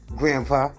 grandpa